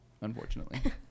unfortunately